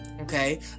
Okay